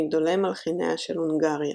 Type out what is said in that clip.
מגדולי מלחיניה של הונגריה.